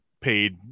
paid